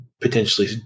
potentially